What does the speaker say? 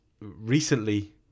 recently